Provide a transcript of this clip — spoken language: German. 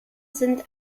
sind